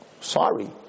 Sorry